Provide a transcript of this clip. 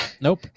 Nope